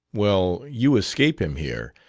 well, you escape him here,